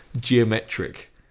geometric